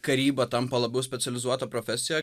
karyba tampa labiau specializuota profesija